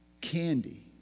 candy